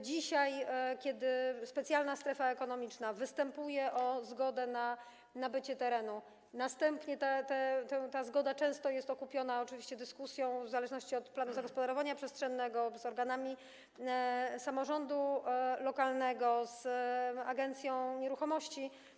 Dzisiaj jest tak, że specjalna strefa ekonomiczna występuje o zgodę na nabycie terenu, następnie ta zgoda często jest okupiona oczywiście dyskusją, w zależności od planu zagospodarowania przestrzennego, z organami samorządu lokalnego, z agencją nieruchomości.